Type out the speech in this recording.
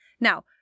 Now